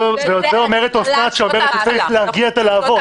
אומרת אוסנת שאומרת שצריך להרגיע את הלהבות,